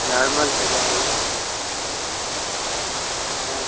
normal से जाएंगे क्या